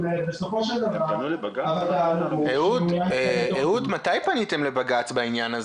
בסופו של דבר --- מתי פניתם לבג"צ בעניין הזה?